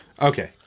Okay